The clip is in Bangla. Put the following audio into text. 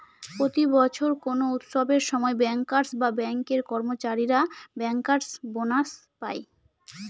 প্রতি বছর কোনো উৎসবের সময় ব্যাঙ্কার্স বা ব্যাঙ্কের কর্মচারীরা ব্যাঙ্কার্স বোনাস পায়